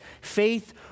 faith